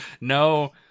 no